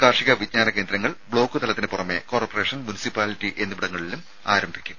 കാർഷിക വിജ്ഞാന കേന്ദ്രങ്ങൾ ബ്ലോക്കുതലത്തിനു പുറമേ കോർപറേഷൻ മുനിസിപ്പാലിറ്റി എന്നിവിടങ്ങളിലും ആരംഭിക്കും